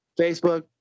Facebook